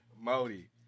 Modi